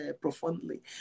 profoundly